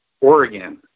Oregon